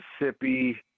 Mississippi